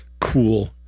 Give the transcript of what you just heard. cool